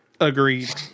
Agreed